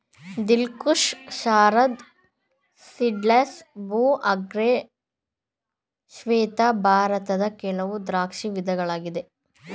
ದಿಲ್ Khush, Sharad seedless, ಭೋ, ಅರ್ಕ ಶ್ವೇತ ಭಾರತದ ಕೆಲವು ದ್ರಾಕ್ಷಿ ವಿಧಗಳಾಗಿ